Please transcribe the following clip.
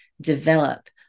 develop